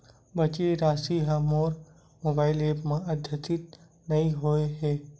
बचे राशि हा मोर मोबाइल ऐप मा आद्यतित नै होए हे